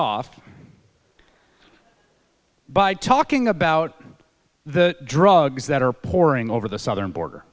off by talking about the drugs that are pouring over the southern border